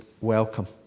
welcome